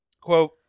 Quote